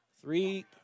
Three